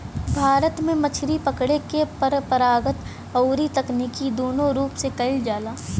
भारत में मछरी पकड़े के काम परंपरागत अउरी तकनीकी दूनो रूप से कईल जाला